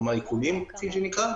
שהוא איכונים,